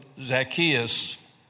Zacchaeus